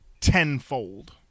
tenfold